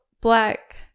black